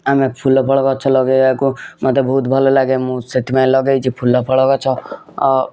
ଆମେ ଫୁଲ ଫଳ ଗଛ ଲଗାଇବାକୁ ମୋତେ ବହୁତ ଭଲ ଲାଗେ ମୁଁ ସେଥିପାଇଁ ଲଗାଇଛି ଫୁଲ ଫଳ ଗଛ